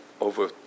over